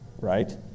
Right